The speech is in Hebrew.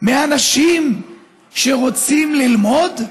מאנשים שרוצים ללמוד?